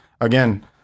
again